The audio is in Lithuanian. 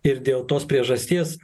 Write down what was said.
ir dėl tos priežasties